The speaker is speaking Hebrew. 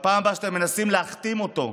בפעם הבאה שאתם מנסים להכתים אותו,